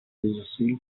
зусиль